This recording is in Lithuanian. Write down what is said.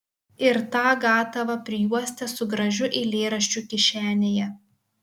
ir tą gatavą prijuostę su gražiu eilėraščiu kišenėje